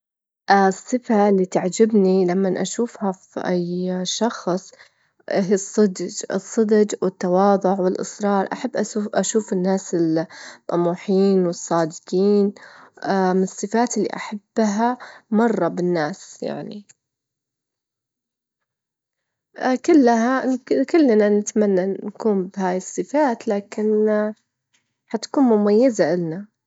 في يوم من الأيام في المسا، كان في رائد فضا هو مهمته إنه يراقب السما، فجأة شاف نجم يلمع بطريجة غريبة، قرر إنه يوجه مركبته الفضائية وكل ما يقترب أكتر يكتشف إن هادا النجم ما نجم عادي، لكن هادا كائن غريب بيطلع منه ضوء مو معروف.